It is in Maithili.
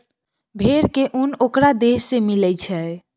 भेड़ के उन ओकरा देह से मिलई छई